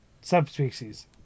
Subspecies